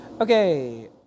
Okay